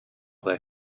there